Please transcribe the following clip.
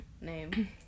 name